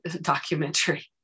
documentary